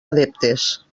adeptes